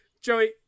Joey